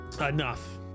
enough